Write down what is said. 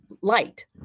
light